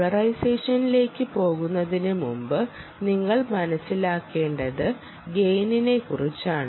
പോളറൈസേഷനിലേക്ക് പോകുന്നതിന് മുമ്പ് നിങ്ങൾ മനസിലാക്കേണ്ടത് ഗെയിനിനെ കുറിച്ചാണ്